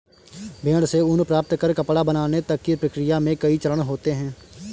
भेड़ से ऊन प्राप्त कर कपड़ा बनाने तक की प्रक्रिया में कई चरण होते हैं